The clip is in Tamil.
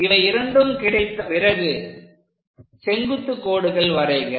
இவை இரண்டும் கிடைத்த பிறகு செங்குத்துக் கோடுகள் வரைக